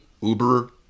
Uber